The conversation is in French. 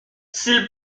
s’il